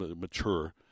mature